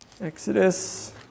Exodus